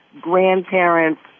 grandparents